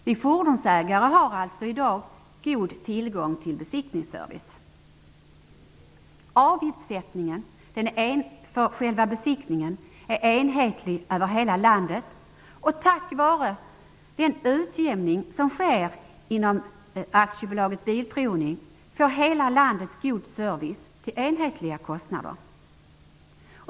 Vi fordonsägare har alltså i dag en god tillgång till besiktningsservice. Avgiftssättningen för själva besiktningen är enhetlig över hela landet, och tack vare den utjämning som sker inom AB Svensk Bilprovning får hela landet god service till enhetliga kostnader.